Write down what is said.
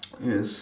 is